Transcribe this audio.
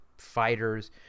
fighters